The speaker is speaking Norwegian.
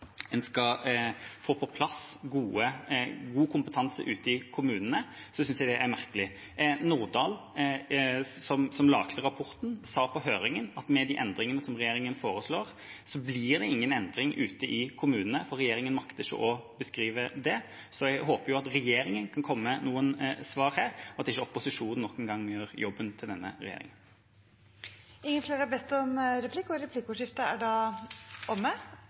skal få på plass god kompetanse ute i kommunene, synes jeg det er merkelig. Nordahl, som laget rapporten, sa på høringen at med de endringene som regjeringa foreslår, blir det ingen endring ute i kommunene, for regjeringa makter ikke å beskrive det. Jeg håper at regjeringa kan komme med noen svar her, og at ikke opposisjonen nok en gang gjør jobben til denne regjeringa. Replikkordskiftet er omme. Jeg har virkelig sett fram til dagens debatt, som ble utsatt, og